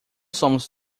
somos